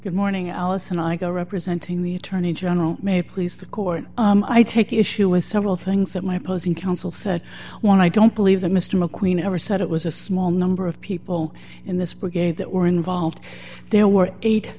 good morning alison i go representing the attorney general may please the court i take issue with several things that my opposing counsel said what i don't believe that mr mcqueen ever said it was a small number of people in this book gave that were involved there were eight